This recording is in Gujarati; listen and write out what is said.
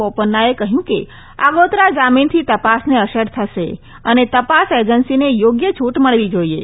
બોપન્નાએ કહ્યું કે આગોતરા જામીનથી તપાસને અસર થશે અને તપાસ એજન્સીને યોગ્ય છૂટ મળવી જાઈએ